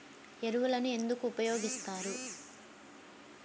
ఎరువులను ఎందుకు ఉపయోగిస్తారు?